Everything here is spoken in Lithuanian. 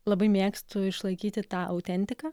labai mėgstu išlaikyti tą autentiką